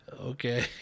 Okay